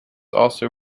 also